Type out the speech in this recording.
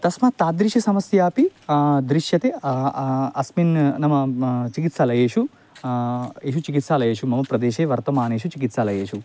तस्मात् तादृशी समस्यापि दृश्यते अस्मिन् नाम चिकित्सालयेषु बहु चिकित्सालयेषु मम प्रदेशे वर्तमानेषु चिकित्सालयेषु